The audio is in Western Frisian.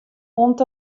oant